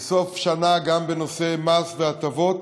היא סוף שנה גם בנושא מס והטבות.